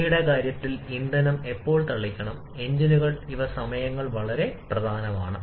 സിഐയുടെ കാര്യത്തിൽ ഇന്ധനം എപ്പോൾ തളിക്കണം എഞ്ചിനുകൾ ഇവ സമയങ്ങൾ വളരെ പ്രധാനമാണ്